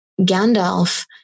Gandalf